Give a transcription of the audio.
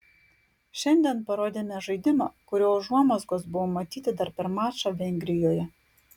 šiandien parodėme žaidimą kurio užuomazgos buvo matyti dar per mačą vengrijoje